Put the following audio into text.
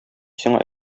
сиңа